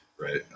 right